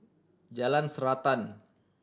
Jalan Srantan